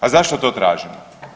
A zašto to tražimo?